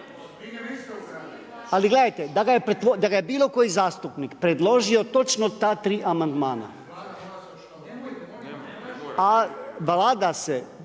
Ali gledajte da ga je bilo koji zastupnik predložio točno ta 3 amandmana, a Vlada se